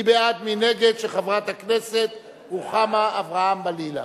של חברת הכנסת רוחמה אברהם-בלילא.